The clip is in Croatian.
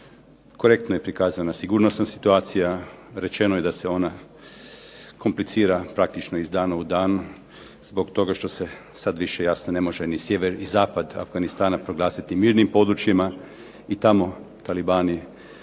korektno je prikazana sigurnosna situacija, rečeno je da se ona komplicira praktično iz dana u dan zbog toga što se sad više jasno ne može ni sjever i zapad Afganistana proglasiti mirnim područjima. I tamo talibani